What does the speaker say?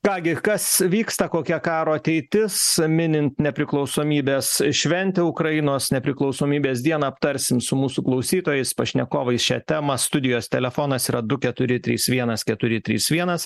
ką gi kas vyksta kokia karo ateitis minint nepriklausomybės šventę ukrainos nepriklausomybės dieną aptarsim su mūsų klausytojais pašnekovais šią temą studijos telefonas yra du keturi trys vienas keturi trys vienas